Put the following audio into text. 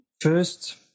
first